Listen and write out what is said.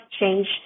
change